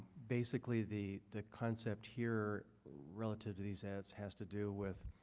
basically, the the concept here relative to these edits has to do with